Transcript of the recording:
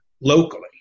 locally